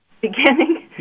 beginning